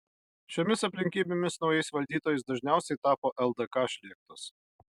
šiomis aplinkybėmis naujais valdytojais dažniausiai tapo ldk šlėktos